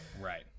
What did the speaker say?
Right